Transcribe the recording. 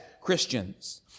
Christians